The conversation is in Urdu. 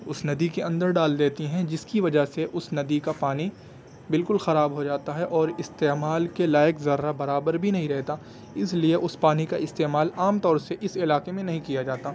اس ندی کے اندر ڈال دیتی ہیں جس کی وجہ سے اس ندی کا پانی بالکل خراب ہو جاتا ہے اور استعمال کے لائق ذرہ برابر بھی نہیں رہتا اس لیے اس پانی کا استعمال عام طور سے اس علاقے میں نہیں کیا جاتا